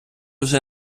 вже